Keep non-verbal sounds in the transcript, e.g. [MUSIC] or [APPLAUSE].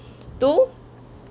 [BREATH] two